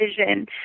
vision